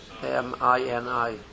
M-I-N-I